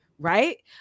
Right